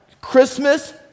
Christmas